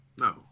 no